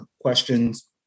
questions